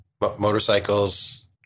motorcycles